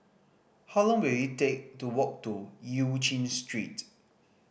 how long will it take to walk to Eu Chin Street